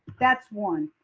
that's one.